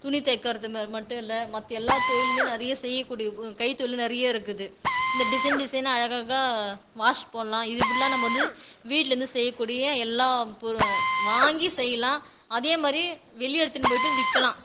துணி தைக்கிறது அது மட்டும் இல்ல மற்ற எல்லா தொழிலும் நிறைய செய்யக்கூடிய கை தொழில் நிறைய இருக்குது இந்த டிசைன் டிசைனாக அழகழகாக வாஷ் போடலாம் இது இப்படிலாம் நம்ம வந்து வீட்லேருந்து செய்யக்கூடிய எல்லா பொரு வாங்கி செய்யலாம் அதேமாதிரி வெளிய எடுத்துன்னு போயிட்டு விற்கலாம்